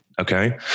Okay